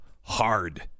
hard